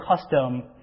custom